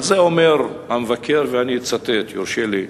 על זה אומר המבקר, ואני אצטט, אם יורשה לי,